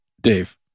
Dave